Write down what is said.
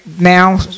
now